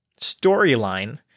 storyline